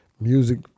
music